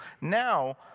Now